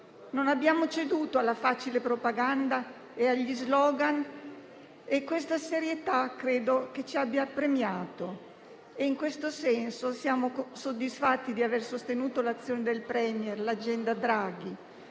Non abbiamo ceduto alla facile propaganda e agli *slogan* e credo che questa serietà ci abbia premiato. In questo senso siamo soddisfatti di aver sostenuto l'azione del *Premier*, l'agenda Draghi,